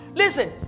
listen